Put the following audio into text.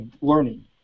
learning